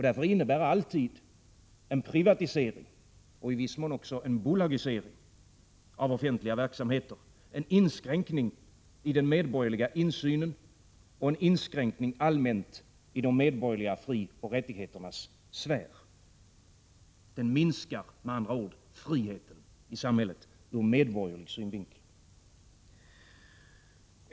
Därför innebär alltid en privatisering, i viss mån också en bolagisering, av offentliga verksamheter en inskränkning i den medborgerliga insynen och en inskränkning allmänt i de medborgerliga frioch rättigheternas sfär. Den minskar med andra ord friheten i samhället ur medborgerlig synvinkel.